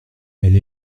elle